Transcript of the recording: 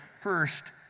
First